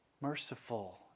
merciful